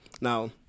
Now